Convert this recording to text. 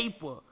paper